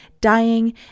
dying